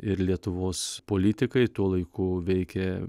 ir lietuvos politikai tuo laiku veikė